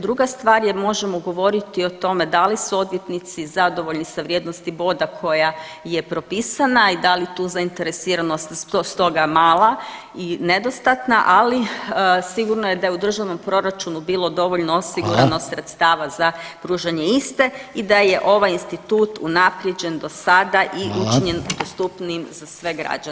Druga stvar je možemo govoriti o tome da li su odvjetnici zadovoljni sa vrijednosti boda koja je propisana i da li tu zainteresiranost stoga mala i nedostatna, ali sigurno je da je u državnom proračunu bilo dovoljno osigurano [[Upadica Reiner: Hvala.]] sredstava za pružanje iste i da je ovaj institut unaprijeđen do sada [[Upadica Reiner: Hvala.]] i učinjen dostupnijim za sve građane.